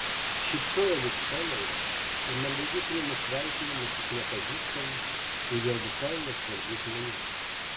šypsojo lyg scenoje ir mandagiai priėmė sveikinimus iš nepažįstamų ir jai visai nesvarbių žmonių